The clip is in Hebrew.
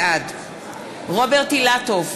בעד רוברט אילטוב,